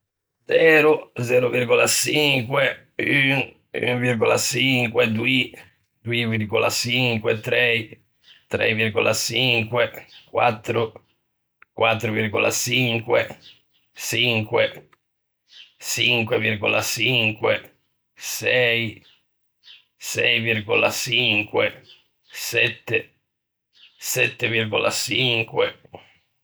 Zero, zero virgola çinque, un, un virgola çinque, doî, doî virgola çinque, trei, trei virgola çinque, quattro, quattro virgola çinque, çinque, çinque virgola çinque, sei, sei virgola çinque, sette, sette virgola çinque.